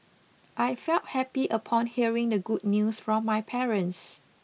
I felt happy upon hearing the good news from my parents